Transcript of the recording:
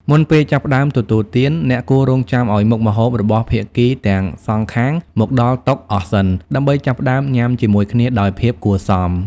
មុនពេលចាប់ផ្តើមទទួលទាន អ្នកគួររង់ចាំឱ្យមុខម្ហូបរបស់ភាគីទាំងសងខាងមកដល់តុអស់សិន ដើម្បីចាប់ផ្តើមញ៉ាំជាមួយគ្នាដោយភាពគួរសម។